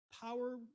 power